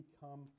become